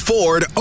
Ford